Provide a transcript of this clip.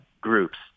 groups